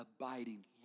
abiding